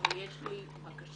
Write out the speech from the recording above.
אבל יש לי בקשה.